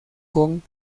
con